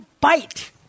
bite